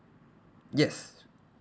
yes